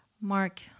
Mark